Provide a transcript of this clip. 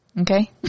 okay